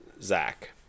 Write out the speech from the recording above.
Zach